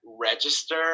register